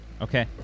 Okay